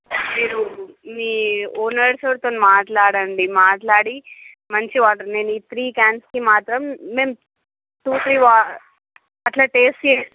మీరు మీ owner sir తోని సార్ మాట్లాడండి మాట్లాడి మంచి వాటర్ నేను ఈ త్రీ క్యాన్స్కి మాత్రం మేము టు త్రీ వాటర్ అట్లా టేస్ట్ చేసి